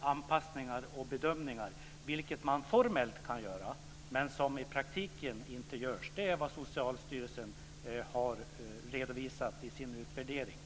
anpassningar och bedömningar. Formellt kan man göra detta, men det görs inte i praktiken. Det är vad Socialstyrelsen har redovisat i sin utvärdering.